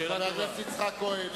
שאלה טובה,